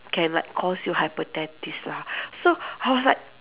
can like cost you hepatitis lah so I was like